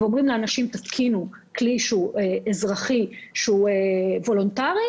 וגם אומרים לאנשים להתקין כלי אזרחי שהוא וולונטרי,